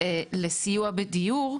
לסיוע בדיור,